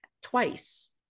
twice